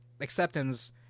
acceptance